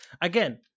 again